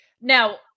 Now